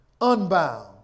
unbound